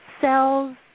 cells